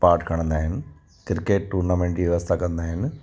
part खणंदा आहिनि cricket tournament जी व्यवस्था कंदा आहिनि